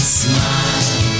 smile